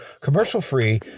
commercial-free